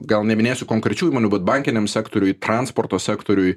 gal neminėsiu konkrečių įmonių bet bankiniam sektoriuj transporto sektoriuj